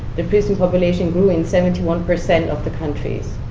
the prison population grew in seventy one percent of the countries.